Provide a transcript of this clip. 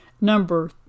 Number